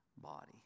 body